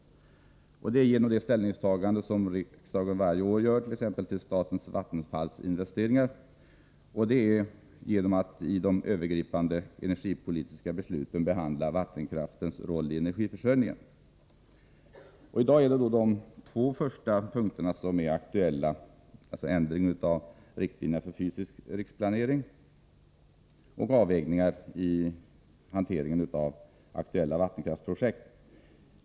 Dels tar riksdagen varje år ställning t.ex. till statens vattenfalls investeringar. Dels behandlar riksdagen genom de övergripande energipolitiska besluten vattenkraftens roll i energiförsörjningen. I dag är det de två första punkterna som är aktuella, dvs. en ändring av riktlinjerna för den fysiska riksplaneringen och en avvägning beträffande hanteringen av aktuella vattenkraftsprojekt.